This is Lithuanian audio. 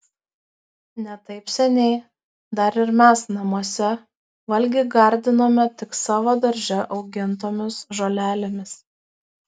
ne taip seniai dar ir mes namuose valgį gardinome tik savo darže augintomis žolelėmis